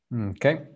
Okay